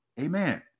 Amen